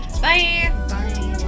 bye